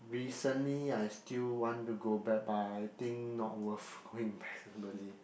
recently I still want to go back but I think not worth going back normally